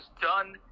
done